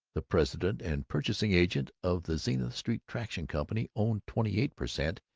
the president and purchasing agent of the zenith street traction company owned twenty-eight per cent,